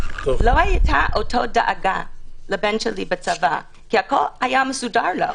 לא הייתה אותה דאגה לבן שלי בצבא כי הכול היה מסודר לו.